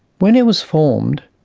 when it was formed,